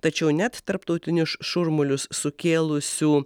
tačiau net tarptautinius šurmulius sukėlusių